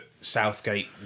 Southgate